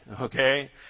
okay